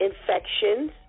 Infections